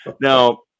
Now